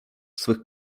swych